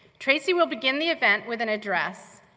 tracy will begin the event with an address,